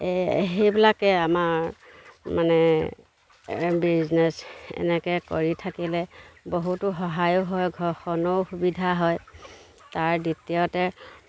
এই সেইবিলাকে আমাৰ মানে বিজনেছ এনেকৈ কৰি থাকিলে বহুতো সহায়ো হয় ঘৰখনৰো সুবিধা হয় তাৰ দ্বিতীয়তে